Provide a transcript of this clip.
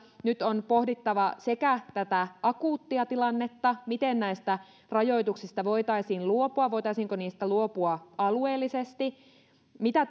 nyt on pohdittava tätä akuuttia tilannetta miten näistä rajoituksista voitaisiin luopua voitaisiinko niistä luopua alueellisesti mitä